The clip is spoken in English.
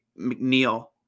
McNeil